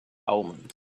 omens